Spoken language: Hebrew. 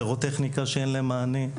פירוטכניקה שאין להם עליה מענה.